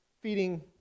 feeding